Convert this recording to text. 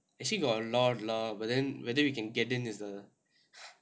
actually got a lot lah but then whether we can get them is the